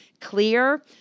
clear